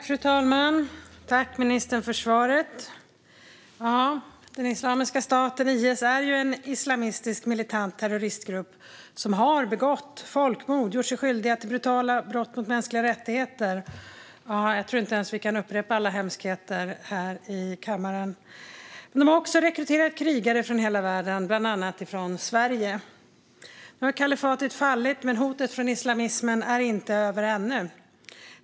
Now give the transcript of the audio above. Fru talman! Tack för svaret, ministern! Islamiska staten, IS, är en islamistisk, militant terroristgrupp som har begått folkmord och gjort sig skyldig till brutala brott mot mänskliga rättigheter - ja, jag tror inte ens att vi kan upprepa alla hemskheter här i kammaren. De har också rekryterat krigare från hela världen, bland annat från Sverige. Nu har kalifatet fallit, men hotet från islamismen är inte över än.